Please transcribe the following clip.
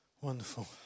Wonderful